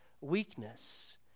weakness